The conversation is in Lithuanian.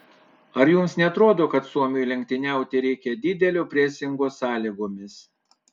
ar jums neatrodo kad suomiui lenktyniauti reikia didelio presingo sąlygomis